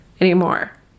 anymore